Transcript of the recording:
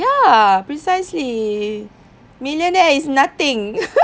ya precisely millionaire is nothing